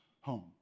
home